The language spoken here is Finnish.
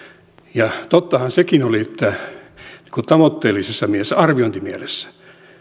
ja tottahan sekin oli että tavoitteellisessa mielessä arviointimielessä